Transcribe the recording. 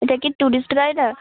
এটা কি tourist rider